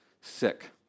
sick